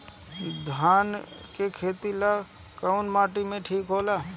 धान के खेती ला कौन माटी ठीक होखेला?